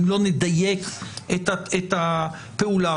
אם לא נדייק את הפעולה.